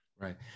Right